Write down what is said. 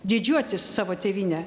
didžiuotis savo tėvyne